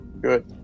Good